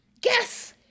Guess